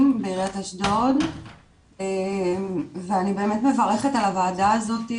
בעיריית אשדוד ואני באמת מברכת על הוועדה הזאת,